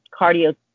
cardio